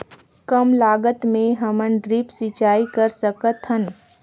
कम लागत मे हमन ड्रिप सिंचाई कर सकत हन?